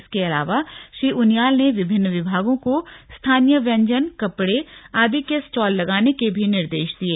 इसके अलावा श्री उनियाल ने विभिन्न विभागों को स्थानीय व्यंजन कपड़े आदि के स्टॉल लगाने के भी निर्देश दिये